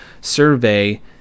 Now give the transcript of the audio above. survey